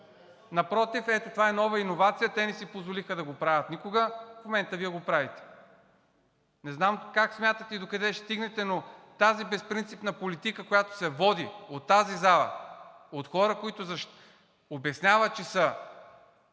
Напротив, ето това е нова иновация. Те не си позволиха да го правят никога, в момента Вие го правите. Не знам как смятате и докъде ще стигнете, но тази безпринципна политика, която се води от тази зала, от хора, които обясняват, че са